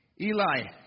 Eli